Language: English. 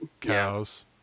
cows